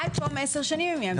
עד תום 10 שנים הם יעמדו בתוקפם.